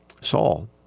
Saul